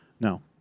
no